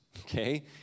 okay